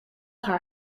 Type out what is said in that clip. haar